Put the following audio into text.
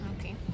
Okay